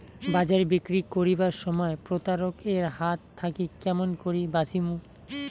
বাজারে বিক্রি করিবার সময় প্রতারক এর হাত থাকি কেমন করি বাঁচিমু?